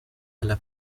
alla